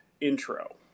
intro